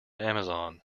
amazon